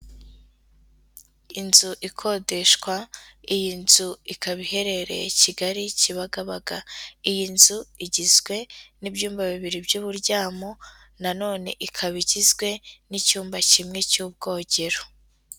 Inzu ikodeshwa iyi nzu ikaba iherereye i kigali kibagabaga iyi nzu igizwe n'ibyumba bibiri by'uburyamo na none ikaba igizwe n'icyumba kimwe cy'ubwogero.